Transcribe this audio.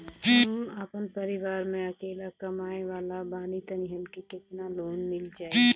हम आपन परिवार म अकेले कमाए वाला बानीं त हमके केतना लोन मिल जाई?